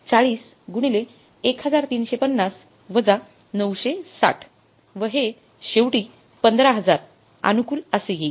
४० गुणिले १३५० वजा ९६० व हे हे शेवटी १५००० अनुकूल असे येईल